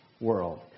world